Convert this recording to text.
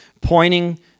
pointing